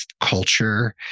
culture